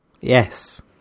Yes